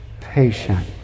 patient